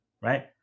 right